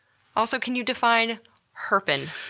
also, can you define herpin'?